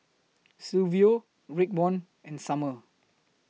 Silvio Raekwon and Summer